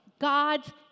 God's